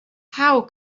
how